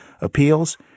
appeals